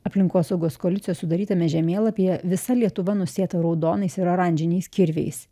aplinkosaugos koalicijos sudarytame žemėlapyje visa lietuva nusėta raudonais ir oranžiniais kirviais